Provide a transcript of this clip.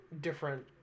different